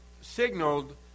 signaled